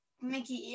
mickey